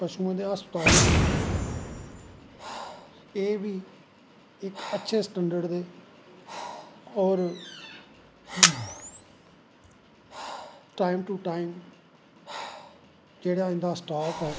पशुएं दे हस्पताल नै एह् बी इक अच्छे स्टैंडर्ड़ दे और टाईम टू टाईम जेह्ड़ा इंदा स्टाफ ऐ